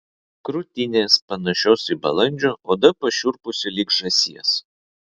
krūtinės panašios į balandžio oda pašiurpusi lyg žąsies